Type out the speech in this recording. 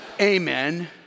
amen